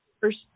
first